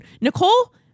Nicole